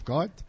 God